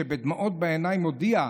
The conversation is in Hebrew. שבדמעות בעיניים הודיעה,